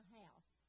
house